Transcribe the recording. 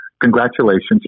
congratulations